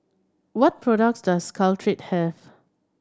what products does Caltrate have